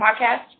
podcast